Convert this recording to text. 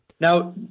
Now